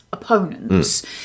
opponents